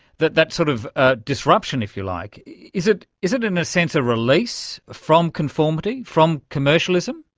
that that sort of ah disruption, if you like, is it is it in a sense, a release from conformity, from commercialism?